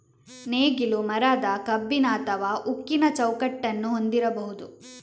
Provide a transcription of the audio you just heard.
ನೇಗಿಲು ಮರದ, ಕಬ್ಬಿಣ ಅಥವಾ ಉಕ್ಕಿನ ಚೌಕಟ್ಟನ್ನು ಹೊಂದಿರಬಹುದು